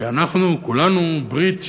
כי אנחנו כולנו ברית של,